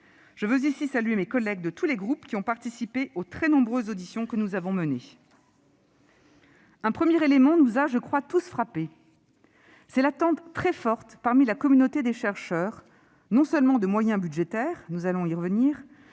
Je veux ici saluer mes collègues de tous les groupes qui ont participé aux très nombreuses auditions que nous avons menées. Un premier élément nous a, me semble-t-il, tous frappés : c'est l'attente très forte parmi la communauté des chercheurs non seulement de moyens budgétaires- nous allons y revenir